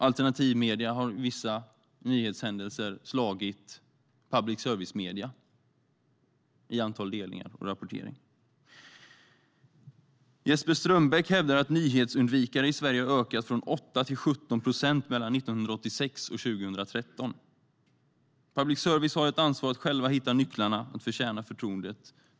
När det gäller vissa nyhetshändelser har alternativmedierna slagit public service-medierna i antal delningar och rapportering. Jesper Strömbäck hävdar att nyhetsundvikarna i Sverige har ökat från 8 till 17 procent mellan 1986 och 2013. Public service har ett ansvar att själv hitta nycklarna till att förtjäna förtroendet.